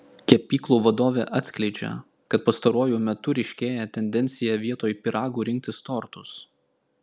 kepyklų vadovė atskleidžia kad pastaruoju metu ryškėja tendencija vietoj pyragų rinktis tortus